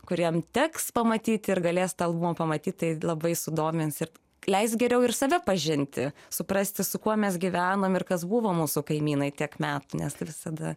kuriem teks pamatyti ir galės tą albumą pamatyt tai labai sudomins ir leis geriau ir save pažinti suprasti su kuo mes gyvenam ir kas buvo mūsų kaimynai tiek metų nes tai visada